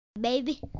Baby